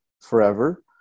forever